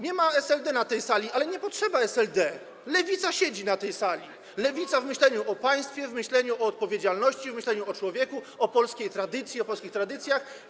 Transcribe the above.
Nie ma SLD na tej sali, ale nie potrzeba SLD, lewica siedzi na tej sali - lewica w myśleniu o państwie, w myśleniu o odpowiedzialności, w myśleniu o człowieku, o polskiej tradycji, o polskich tradycjach.